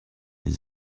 les